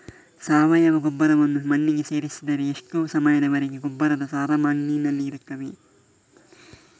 ಸಾವಯವ ಗೊಬ್ಬರವನ್ನು ಮಣ್ಣಿಗೆ ಸೇರಿಸಿದರೆ ಎಷ್ಟು ಸಮಯದ ವರೆಗೆ ಗೊಬ್ಬರದ ಸಾರ ಮಣ್ಣಿನಲ್ಲಿ ಇರುತ್ತದೆ?